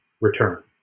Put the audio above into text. return